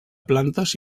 plantes